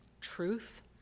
truth